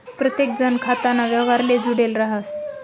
प्रत्येकजण खाताना व्यवहारले जुडेल राहस